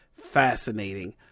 fascinating